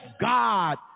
God